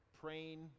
praying